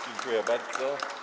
Dziękuję bardzo.